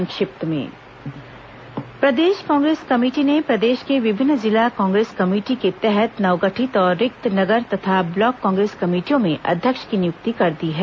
संक्षिप्त समाचार प्रदेश कांग्रेस कमेटी ने प्रदेश के विभिन्न जिला कांग्रेस कमेटी के तहत नवगठित और रिक्त नगर तथा ब्लॉक कांग्रेस कमेटियों में अध्यक्ष की नियुक्ति कर दी है